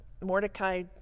Mordecai